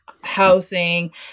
Housing